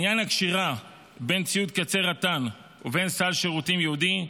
לעניין הקשירה בין ציוד קצה רט"ן ובין סל שירותים ייעודי,